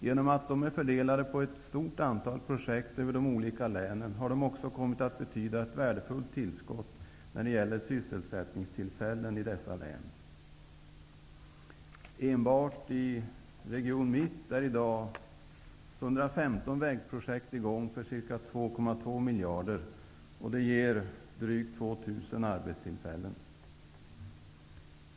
Genom att de är fördelade på ett stort antal projekt över de olika länen har de också kommit att betyda ett värdefullt tillskott av sysselsättningstillfällen i dessa län. Enbart i Region Mitt är i dag 115 vägprojekt i gång för ca 2,2 miljarder, och det ger drygt 2 000 arbetstillfällen.